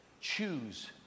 choose